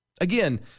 Again